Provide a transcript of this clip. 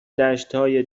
دشتای